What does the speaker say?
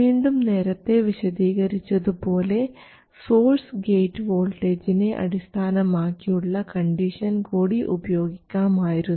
വീണ്ടും നേരത്തെ വിശദീകരിച്ചതുപോലെ സോഴ്സ് ഗേറ്റ് വോൾട്ടേജിനെ അടിസ്ഥാനമാക്കിയുള്ള കണ്ടീഷൻ കൂടി ഉപയോഗിക്കാമായിരുന്നു